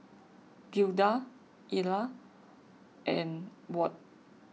Gilda Ila and Ward